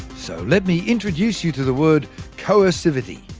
so let me introduce you to the word coercivity.